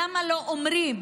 למה לא אומרים?